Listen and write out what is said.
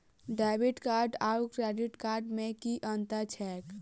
Debit card आओर credit card मे की अन्तर छैक?